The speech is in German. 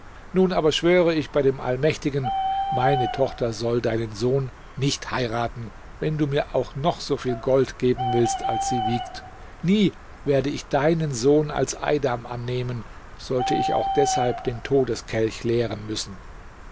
nun aber schwöre ich bei dem allmächtigen meine tochter soll deinen sohn nicht heiraten wenn du mir auch noch soviel gold geben willst als sie wiegt nie werde ich deinen sohn als eidam annehmen sollte ich auch deshalb den todeskelch leeren müssen